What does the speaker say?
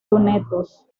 lunetos